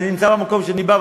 אני נמצא במקום שממנו אני בא,